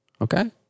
okay